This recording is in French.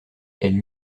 elles